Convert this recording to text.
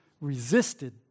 resisted